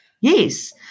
yes